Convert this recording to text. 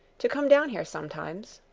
to come down here sometimes.